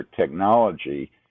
technology